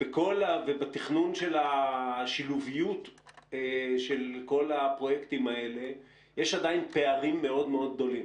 ובתכנון של השילוביות של כל הפרויקטים האלה יש עדיין פערים מאוד גדולים.